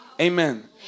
Amen